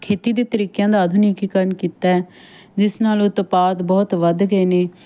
ਖੇਤੀ ਦੇ ਤਰੀਕਿਆਂ ਦਾ ਆਧੁਨਿਕੀਕਰਨ ਕੀਤਾ ਜਿਸ ਨਾਲੋਂ ਉਤਪਾਦ ਬਹੁਤ ਵੱਧ ਗਏ ਨੇ